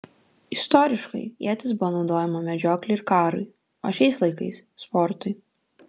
istoriškai ietis buvo naudojama medžioklei ir karui o šiais laikais sportui